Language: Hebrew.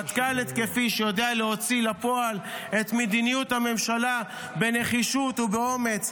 מטכ"ל התקפי שיודע להוציא לפועל את מדיניות הממשלה בנחישות ובאומץ,